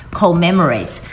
commemorate